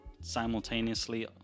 simultaneously